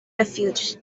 refugees